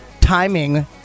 Timing